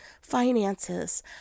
finances